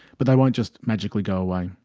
but they won't just magically go away.